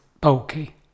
bulky